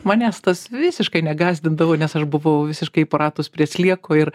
manęs tas visiškai negąsdindavo nes aš buvau visiškai įpratus prie slieko ir